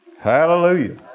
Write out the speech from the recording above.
Hallelujah